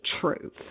truth